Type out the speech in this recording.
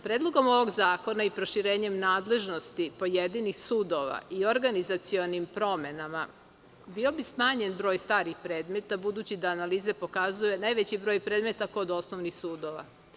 Predlogom ovog zakona i proširenjem nadležnosti pojedinih sudova i organizacionim promenama bio bi smanjen broj starih predmeta budući da analize pokazuju najveći broj predmeta kod osnovnih sudova.